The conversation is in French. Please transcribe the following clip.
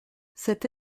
cette